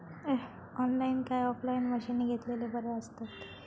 Online काय offline मशीनी घेतलेले बरे आसतात?